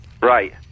Right